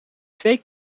twee